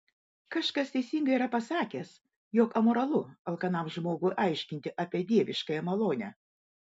kažkas teisingai yra pasakęs jog amoralu alkanam žmogui aiškinti apie dieviškąją malonę